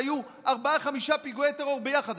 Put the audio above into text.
היו ארבעה-חמישה פיגועי טרור ביחד.